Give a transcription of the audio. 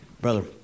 Brother